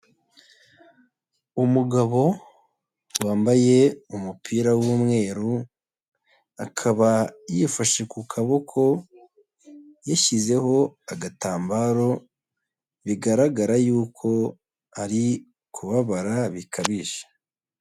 Umugabo wambaye umupira w'umweru, akaba yifashe ku kaboko yishyizeho agatambaro bigaragara yuko ari kubabara bikabije.